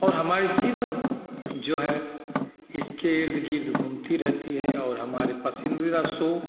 और हमारे जीवन जो हैं इसके इर्ध गिर्ध घूमती रहती है और हमारे पसंदीदा शो